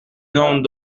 n’ont